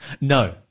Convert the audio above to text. No